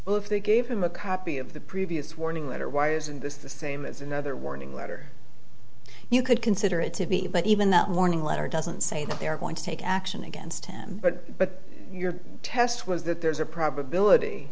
it if they gave him a copy of the previous warning letter why isn't this the same as another warning letter you could consider it to be but even that warning letter doesn't say that they are going to take action against him but but your test was that there's a probability